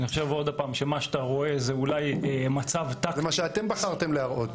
מה שאתה רואה זה אולי מצב טקטי --- זה מה שאתם בחרתם להראות.